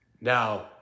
now